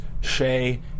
Shay